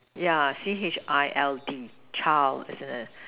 yeah C_H_I_L_D child as in the